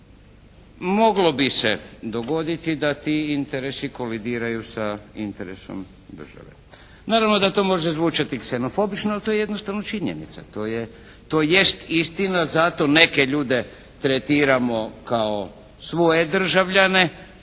Moglo bi se da ti interesi kolidiraju sa interesom države. Naravno da to može zvučati ksenofobično, ali to je jednostavno činjenica. To jest istina. Zato neke ljude tretiramo kao svoje državljane,